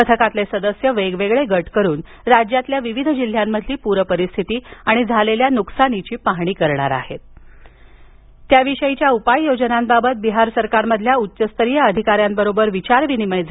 पथकातील सदस्य वेगवेगळे गट करून राज्यातील विविध जिल्ह्यांमधील पूर परिस्थिती आणि झालेल्या नुकसानीची पाहणी करणार असून त्याविषयीच्या उपाययोजनांबाबत बिहार सरकारमधील उच्चस्तरीय अधिकाऱ्यांबरोबर विचार विनिमय करणार आहेत